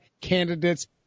candidates